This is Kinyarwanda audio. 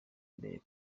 mbere